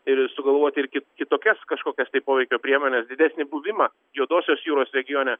ir sugalvoti ir ki kitokias kažkokias tai poveikio priemones didesnį buvimą juodosios jūros regione